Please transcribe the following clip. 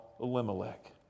Elimelech